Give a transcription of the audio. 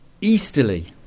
easterly